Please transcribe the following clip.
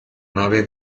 nave